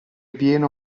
pieno